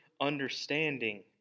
understanding